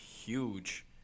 Huge